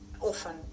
often